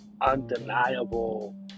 undeniable